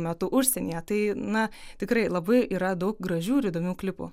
metu užsienyje tai na tikrai labai yra daug gražių ir įdomių klipų